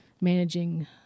managing